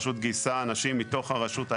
הרשות גייסה אנשים מתוך הרשות.